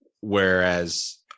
whereas